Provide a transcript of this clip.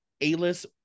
A-list